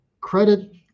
credit